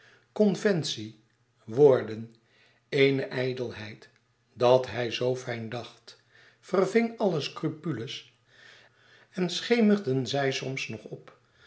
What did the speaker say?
conventie woorden eene ijdelheid dat hij zoo fijn dacht verving alle scrupules en schemerden zij soms nog op